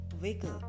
wiggle